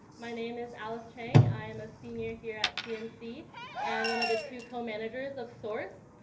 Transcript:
my name is alice chang. i am a senior here at cmc and one of the two co-managers of source.